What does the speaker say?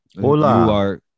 Hola